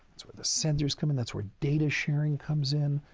that's where the centers come in, that's where data sharing comes in.